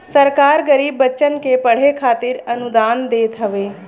सरकार गरीब बच्चन के पढ़े खातिर अनुदान देत हवे